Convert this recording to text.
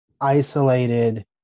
isolated